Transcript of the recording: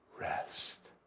rest